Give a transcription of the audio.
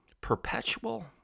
perpetual